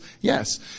Yes